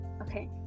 Okay